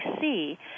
see